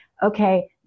okay